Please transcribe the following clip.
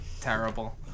terrible